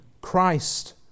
Christ